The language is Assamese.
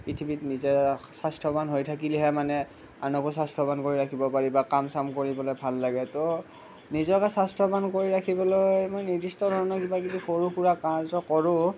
পৃথিৱীত নিজে স্বাস্থ্যৱান হৈ থাকিলেহে মানে আনকো স্বাস্থ্যৱান কৰি ৰাখিব পাৰি বা কাম চাম কৰিবলৈ ভাল লাগে তো নিজকে স্বাস্থ্যৱান কৰি ৰাখিবলৈ মই নিৰ্দিষ্ট ধৰণৰ কিবা কিবি সৰু সুৰা কাৰ্য কৰোঁ